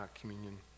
communion